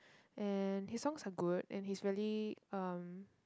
and his songs are good and he's really um